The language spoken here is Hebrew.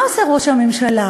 מה עושה ראש הממשלה?